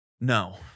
No